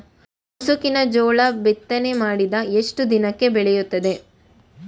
ಮುಸುಕಿನ ಜೋಳ ಬಿತ್ತನೆ ಮಾಡಿದ ಎಷ್ಟು ದಿನಕ್ಕೆ ಬೆಳೆಯುತ್ತದೆ?